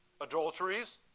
adulteries